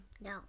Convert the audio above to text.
No